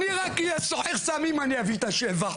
אני רק אם אני אהיה סוחר סמים אני אביא את השבע,